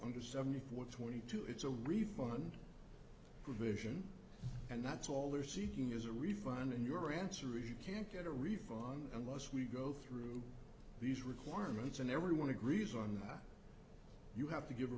under seventy four twenty two it's a refund provision and that's all they are seeking is a refund and your answer is you can't get a refund unless we go through these requirements and everyone agrees on you have to give a